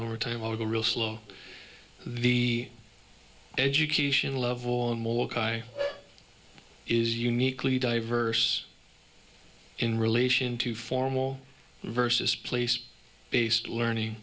over time over the real slow the education level and more cry is uniquely diverse in relation to formal versus place based learning